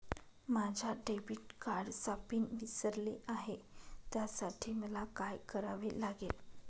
माझ्या डेबिट कार्डचा पिन विसरले आहे त्यासाठी मला काय करावे लागेल?